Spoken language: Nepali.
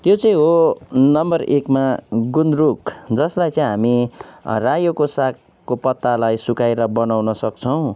त्यो चाहिँ हो नम्बर एकमा गुन्द्रुक जसलाई चाहिँ हामी रायोको सागको पत्तालाई सुकाएर बनाउन सक्छौँ